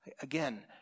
Again